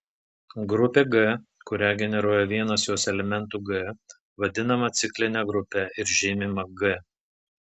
grupė g kurią generuoja vienas jos elementų g vadinama cikline grupe ir žymima g